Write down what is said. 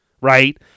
right